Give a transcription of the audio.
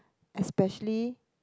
especially